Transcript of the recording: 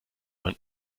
man